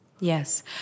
Yes